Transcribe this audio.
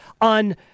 on